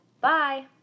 Bye